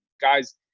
guys